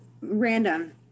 random